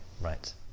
right